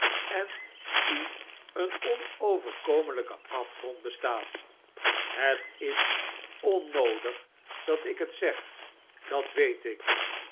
en u een onoverkomelijke afgrond bestaat het is onnoodig dat ik het zeg dat weet ik